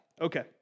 Okay